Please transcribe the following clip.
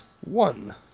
one